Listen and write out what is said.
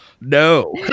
no